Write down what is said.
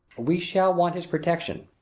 we shall want his protection.